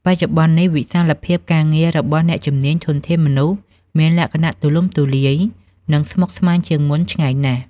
បច្ចុប្បន្ននេះ វិសាលភាពការងាររបស់អ្នកជំនាញ ធនធានមនុស្ស មានលក្ខណៈទូលំទូលាយ និងស្មុគស្មាញជាងមុនឆ្ងាយណាស់។